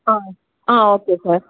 oh okay sir